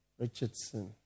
Richardson